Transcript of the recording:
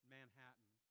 Manhattan